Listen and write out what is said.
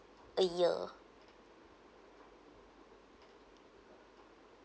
a year